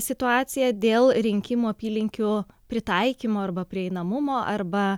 situacija dėl rinkimų apylinkių pritaikymo arba prieinamumo arba